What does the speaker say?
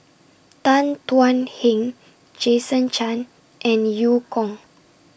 Tan Thuan Heng Jason Chan and EU Kong